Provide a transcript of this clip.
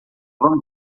vamos